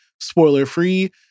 spoiler-free